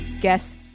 Guess